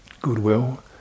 goodwill